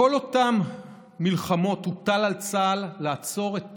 בכל אותן מלחמות הוטל על צה"ל לעצור את